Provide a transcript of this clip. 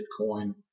Bitcoin